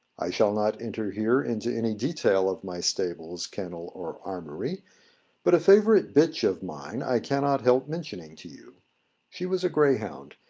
i shall not enter here into any detail of my stables, kennel, or armoury but a favourite bitch of mine i cannot help mentioning to you she was a greyhound,